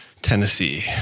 Tennessee